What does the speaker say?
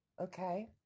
Okay